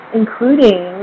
including